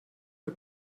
mir